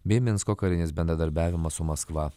bei minsko karinis bendradarbiavimas su maskva